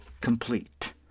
complete